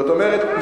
זאת אומרת,